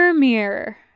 Mirror